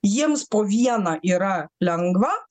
jiems po vieną yra lengva